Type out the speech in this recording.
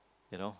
you know